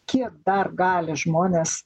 kiek dar gali žmonės